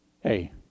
Hey